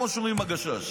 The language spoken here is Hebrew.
כמו שאומרים בגשש.